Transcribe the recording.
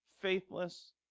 faithless